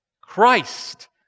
Christ